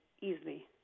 easily